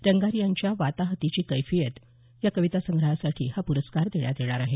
रंगारी यांच्या वाताहतीची कैफियत या कवितासंग्रहासाठी हा प्रस्कार देण्यात येणार आहे